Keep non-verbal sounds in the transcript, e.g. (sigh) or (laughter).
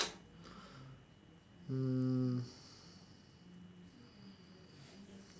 (noise) mm